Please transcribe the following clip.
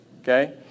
okay